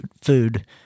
food